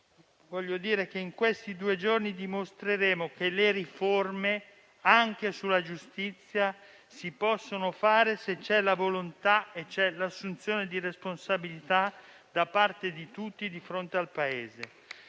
ampio consenso. In questi due giorni dimostreremo che le riforme, anche quelle sulla giustizia, si possono fare se c'è la volontà e l'assunzione di responsabilità da parte di tutti di fronte al Paese.